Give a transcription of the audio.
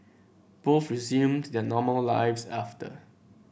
both resumed their normal lives after